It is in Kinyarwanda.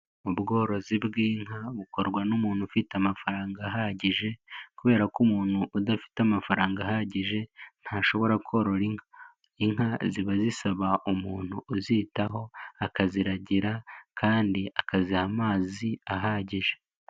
Ubworozi bw'inka bukorwa n'umuntu ufite amafaranga ahagije kubera ko umuntu udafite amafaranga ahagije ntashobora korora inka, inka ziba zisaba umuntu uzitaho, akaziragira kandi akazuhiraha amazi ahagije.